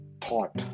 thought